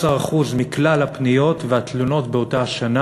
17% מכלל הפניות והתלונות באותה השנה